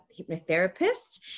hypnotherapist